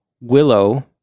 willow